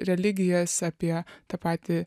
religijas apie tą patį